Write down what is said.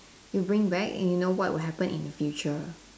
you bring back and you know what will happen in the future